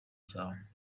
cyawe